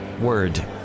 word